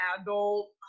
adult